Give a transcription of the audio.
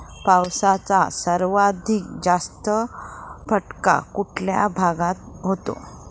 पावसाचा सर्वाधिक जास्त फटका कुठल्या भागात होतो?